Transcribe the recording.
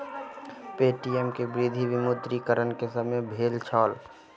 Paytm के वृद्धि विमुद्रीकरण के समय भेल छल